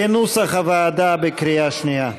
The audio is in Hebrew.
כנוסח הוועדה, בקריאה שנייה.